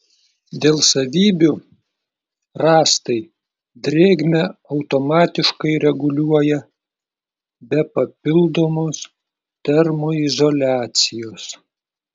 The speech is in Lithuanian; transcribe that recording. dėl savybių rąstai drėgmę automatiškai reguliuoja be papildomos termoizoliacijos